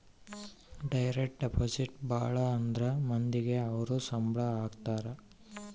direct deposit ಭಾಳ ಅಂದ್ರ ಮಂದಿಗೆ ಅವ್ರ ಸಂಬ್ಳ ಹಾಕತರೆ